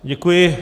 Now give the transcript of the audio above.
Děkuji.